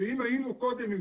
ואם היינו קודם עם